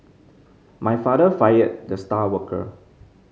my father fired the star worker